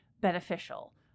beneficial